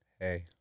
Hey